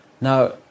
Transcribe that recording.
Now